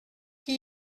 qui